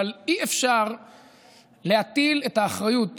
אבל אי-אפשר להטיל את האחריות,